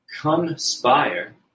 conspire